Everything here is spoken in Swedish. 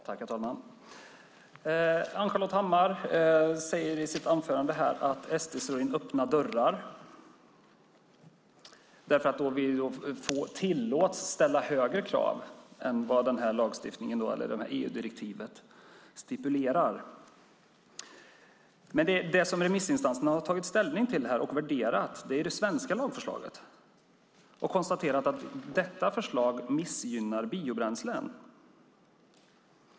Herr talman! Ann-Charlotte Hammar Johnsson säger här i sitt anförande att vi i Sverigedemokraterna slår in öppna dörrar därför att vi vill att det ska tillåtas att ställa högre krav än EU-direktivet stipulerar. Vad remissinstanserna här tagit ställning till och värderat är det svenska lagförslaget. De har konstaterat att detta förslag missgynnar biobränslen.